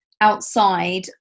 outside